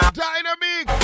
dynamic